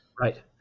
Right